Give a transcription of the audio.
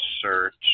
Search